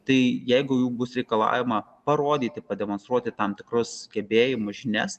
tai jeigu bus reikalaujama parodyti pademonstruoti tam tikrus gebėjimus žinias